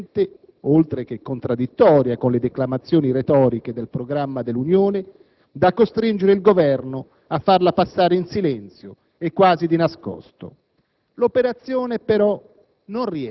Una disposizione talmente indecente, oltre che contraddittoria con le declamazioni retoriche del programma dell'Unione, da costringere il Governo a farla passare in silenzio e quasi di nascosto.